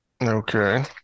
Okay